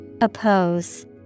Oppose